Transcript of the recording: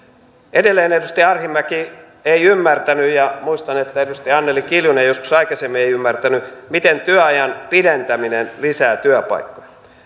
edelleen edustaja arhinmäki ei ymmärtänyt ja muistan että edustaja anneli kiljunen joskus aikaisemmin ei ymmärtänyt miten työajan pidentäminen lisää työpaikkoja